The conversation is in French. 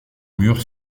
mur